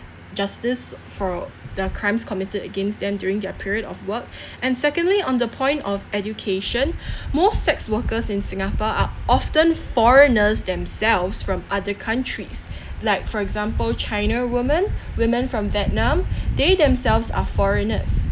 justice for the crimes committed against them during their period of work and secondly on the point of education most sex workers in singapore are often foreigners themselves from other countries like for example china women women from vietnam they themselves are foreigners